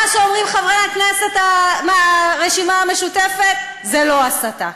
מה שאומרים חברי הכנסת מהרשימה המשותפת זה לא הסתה.